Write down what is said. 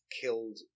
killed